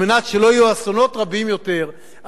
כדי שלא יהיו אסונות רבים יותר,